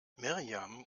miriam